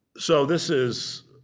so this is,